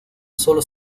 sólo